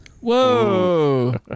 Whoa